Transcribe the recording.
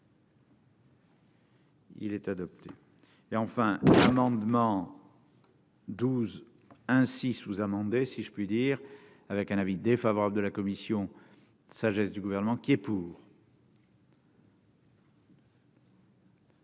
Il est adapté, et enfin l'amendement. 12 ainsi sous-amendé, si je puis dire, avec un avis défavorable de la commission sagesse du gouvernement qui est pour.